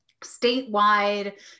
statewide